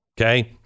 okay